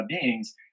beings